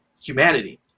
humanity